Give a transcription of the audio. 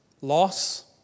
loss